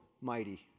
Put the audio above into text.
mighty